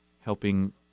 helping